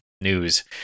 news